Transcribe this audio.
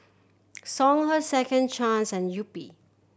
Songhe Second Chance and Yupi